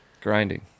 Grinding